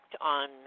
on